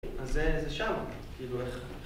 אז זה, זה שם, כאילו איך...